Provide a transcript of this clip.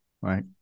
Right